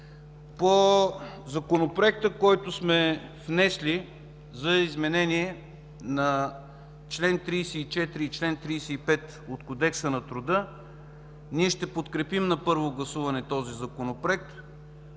По Законопроекта, който сме внесли за изменение на чл. 34 и чл. 35 от Кодекса на труда. Ние ще подкрепим на първо гласуване този Законопроект,